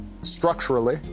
Structurally